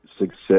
success